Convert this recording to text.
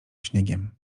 śniegiem